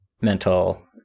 mental